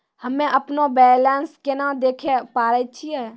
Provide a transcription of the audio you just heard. हम्मे अपनो बैलेंस केना देखे पारे छियै?